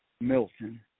Milton